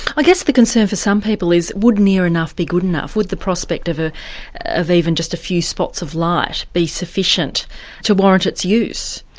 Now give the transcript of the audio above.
i guess the concern for some people is, would near enough be good enough? would the prospect of ah of even just a few spots of light be sufficient to warrant its use?